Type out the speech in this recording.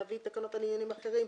להביא תקנות על עניינים אחרים,